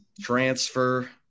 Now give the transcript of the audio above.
transfer